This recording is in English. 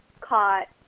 caught